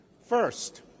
First